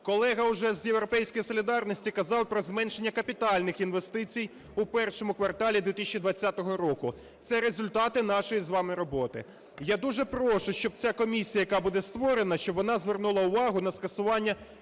Колега з "Європейської солідарності" вже казав про зменшення капітальних інвестицій у першому кварталі 2020 року. Це результати нашої з вами роботи. Я дуже прошу, щоб ця комісія, яка буде створена, щоб вона звернула увагу на скасування